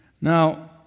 Now